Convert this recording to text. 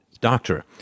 doctor